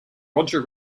roger